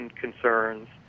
concerns